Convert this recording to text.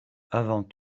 avant